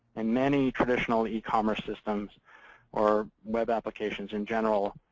and many traditional e-commerce systems or web applications, in general,